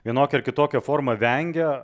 vienokia ar kitokia forma vengia